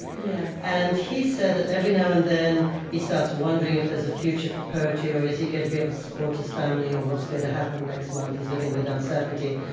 yeah and he said that every now and then he starts wondering if there's a future for poetry, or is he going to be able to support his family, or what's going to happen next month. he's living with uncertainty.